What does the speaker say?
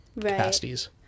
capacities